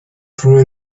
through